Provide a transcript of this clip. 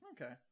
Okay